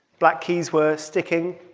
black keys were sticking.